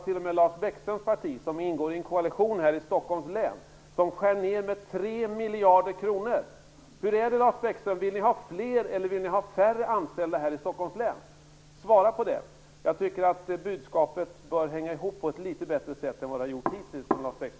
T.o.m. Lars Bäckströms parti, som ingår i en koalition här i Stockholms län, skär ned med 3 miljarder kronor. Hur är det? Vill ni ha fler eller vill ni ha färre anställda i Stockholms län? Svara på den frågan! Jag tycker att budskapet från Lars Bäckströms sida bör hålla ihop litet bättre än det hittills gjort.